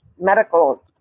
medical